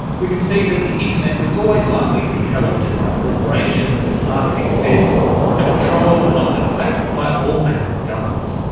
we can see that the internet was always likely to be co-opted by corporations and marketing spivs and patrolled and often played with by all manner of government.